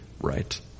right